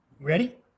Ready